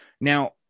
Now